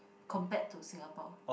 compared to Singapore